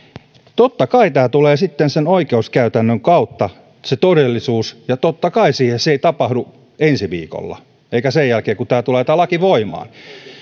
totta kai se todellisuus tulee sitten sen oikeuskäytännön kautta ja totta kai on niin että se ei tapahdu ensi viikolla eikä sen jälkeen kun tämä laki tulee voimaan